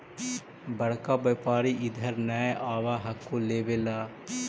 बड़का व्यापारि इधर नय आब हको लेबे ला?